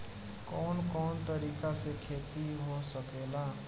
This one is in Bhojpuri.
कवन कवन तरीका से खेती हो सकेला